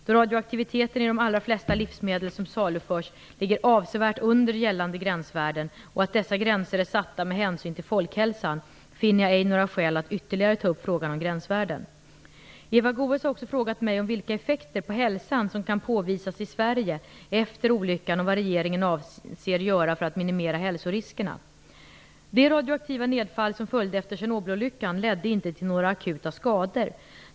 Då radioaktiviteten i de allra flesta livsmedel som saluförs ligger avsevärt under gällande gränsvärden och dessa gränser är satta med hänsyn till folkhälsan finner jag ej några skäl att ytterligare ta upp frågan om gränsvärden. Eva Goës har också frågat vilka effekter på hälsan som kan påvisas i Sverige efter olyckan och vad regeringen avser göra för att minimera hälsoriskerna. Det radioaktiva nedfall som följde efter Tjernobylolyckan ledde inte till några akuta skador.